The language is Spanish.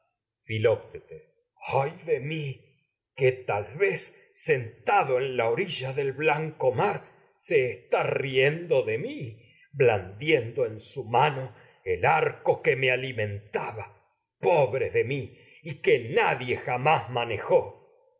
mi mar se que tal vez sentado en la blanco está riendo de mí blandiendo y en su mano el arco que me alimentaba pobre de mí oh arco que nadie jamás manejó